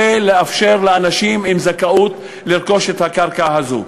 ולאפשר לאנשים עם זכאות לרכוש את הקרקע הזו.